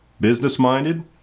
business-minded